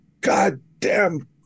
goddamn